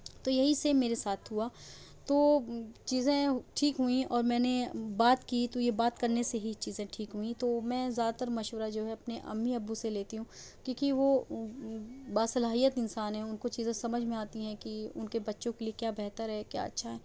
تو یہی سیم میرے ساتھ ہوا تو چیزیں ٹھیک ہوئیں اور میں نے بات کی تو یہ بات کرنے سے ہی چیزیں ٹھیک ہوئیں تو میں زیادہ تر مشورہ جو ہے اپنے امی ابو سے لیتی ہوں کیونکہ وہ باصلاحیت انسان ہیں ان کو چیزیں سمجھ میں آتی ہیں کہ ان کے بچوں کے لیے کیا بہتر ہے کیا اچھا ہے